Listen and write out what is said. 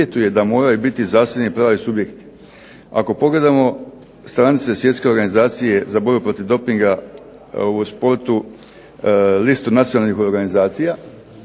ali ne uvjetuje da moraju biti zasebni pravni subjekt. Ako pogledamo stranice Svjetske organizacije za borbu protiv dopinga u sportu, listu nacionalnih organizacija,